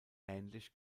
ähnlich